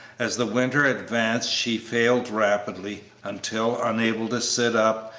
as the winter advanced she failed rapidly, until, unable to sit up,